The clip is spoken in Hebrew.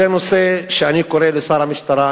אני קורא לשר המשטרה,